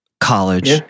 College